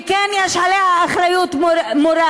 וכן יש עליה אחריות מורלית,